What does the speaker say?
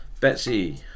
Betsy